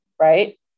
right